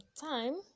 time